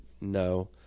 no